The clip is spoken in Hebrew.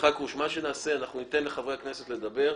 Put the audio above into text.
חכרוש, אנחנו ניתן לחברי הכנסת לדבר.